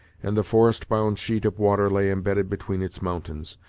and the forest-bound sheet of water lay embedded between its mountains,